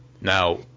Now